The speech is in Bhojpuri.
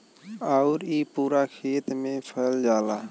आउर इ पूरा खेत मे फैल जाला